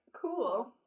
cool